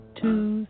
two